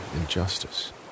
injustice